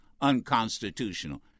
unconstitutional